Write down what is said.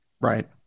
right